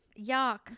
Yuck